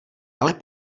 ale